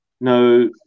no